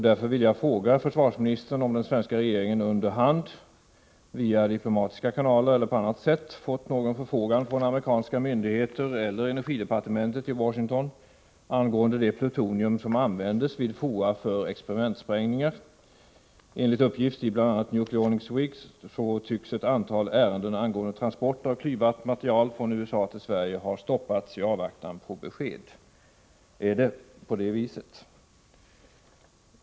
Därför vill jag fråga försvarsministern om den svenska regeringen under hand — via diplomatiska kanaler eller på annat sätt — har fått någon förfrågan från amerikanska myndigheter, t.ex. från energidepartementet i Washington, angående det plutonium som användes vid FOA för experimentsprängningar. Enligt uppgift i bl.a. Nucleonics Week tycks ett antal ärenden om transport av klyvbart material från USA till Sverige ha stoppats i avvaktan på besked. Är det på det viset?